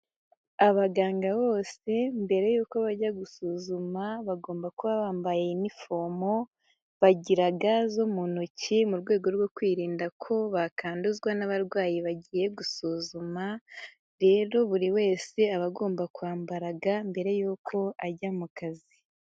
Abaganga bose mbere y'uko bajya gusuzuma bagomba kuba bambaye iniforomo bagira ga zo mu ntoki, mu rwego rwo kwirinda ko bakanduzwa n'abarwayi bagiye gusuzuma, rero buri wese aba agomba kwambara ga mbere y'uko ajya mu kazi.